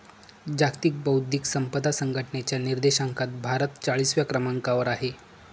जागतिक बौद्धिक संपदा संघटनेच्या निर्देशांकात भारत चाळीसव्या क्रमांकावर आहे